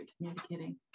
communicating